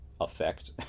effect